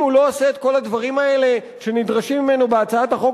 אם הוא לא עושה את כל הדברים האלה שנדרשים ממנו בהצעת החוק,